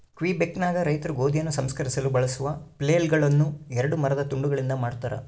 ಕ್ವಿಬೆಕ್ನಾಗ ರೈತರು ಗೋಧಿಯನ್ನು ಸಂಸ್ಕರಿಸಲು ಬಳಸುವ ಫ್ಲೇಲ್ಗಳುನ್ನ ಎರಡು ಮರದ ತುಂಡುಗಳಿಂದ ಮಾಡತಾರ